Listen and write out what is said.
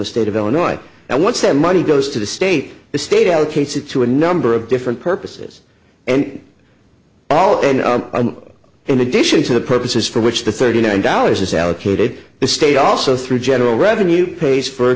the state of illinois and once that money goes to the state the state allocates it to a number of different purposes and all and in addition to the purposes for which the thirty nine dollars is allocated the state also through general revenue pays for